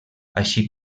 així